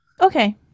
okay